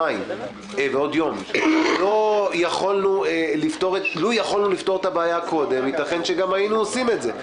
לו יכולנו לפתור את הבעיה קודם יתכן וגם היינו עושים את זה.